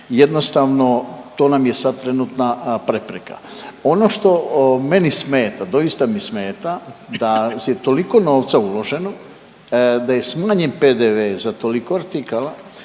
jednostavno to nam je sad trenutna prepreka. Ono što meni smeta, doista mi smeta da je toliko novca uloženo, da je smanjen PDV za toliko artikala